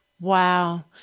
Wow